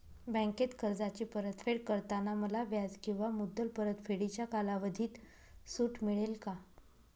बँकेत कर्जाची परतफेड करताना मला व्याज किंवा मुद्दल परतफेडीच्या कालावधीत सूट मिळेल का?